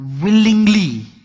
Willingly